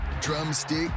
drumstick